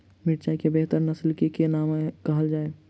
मिर्चाई केँ बेहतर नस्ल केँ नाम कहल जाउ?